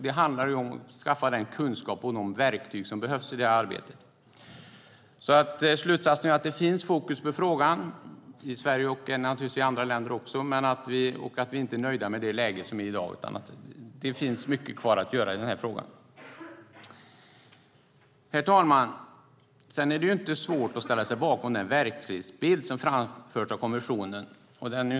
Det handlar om att skaffa den kunskap och de verktyg som behövs i arbetet. Slutsatsen är att det finns fokus på frågan i Sverige och naturligtvis i andra länder, och vi är inte nöjda med dagens läge. Det finns mycket kvar att göra i frågan. Herr talman! Det är inte svårt att ställa sig bakom den bild som framförts av kommissionen.